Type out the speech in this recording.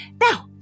Now